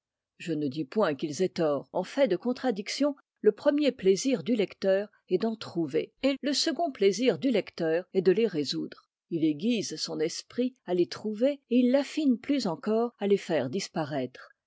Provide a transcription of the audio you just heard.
je ne dis point qu'ils aient tort en fait de contradiction le premier plaisir du lecteur est d'en trouver et le second plaisir du lecteur est de les résoudre il aiguise son esprit à les trouver et il l'affine plus encore à les faire disparaître